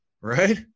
right